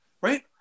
right